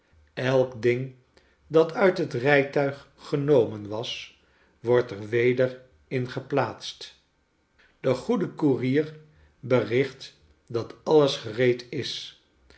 elk ding dat uit het rijtuig genomen was wordt er weder in geplaatsl de goede koerier bericht dat alles gereed is